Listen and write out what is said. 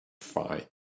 Fine